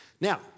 Now